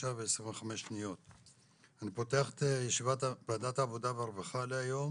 אני פותח את ישיבת ועדת העבודה והרווחה להיום